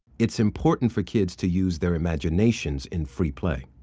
it's important for kids to use their imaginations in free play.